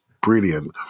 brilliant